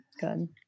Good